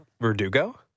Verdugo